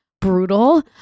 brutal